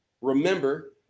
Remember